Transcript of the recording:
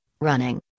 running